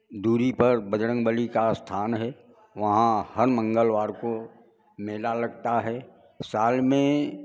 दूरी पर बजरंगबली का स्थान है वहाँ हर मंगलवार को मेला लगता है साल में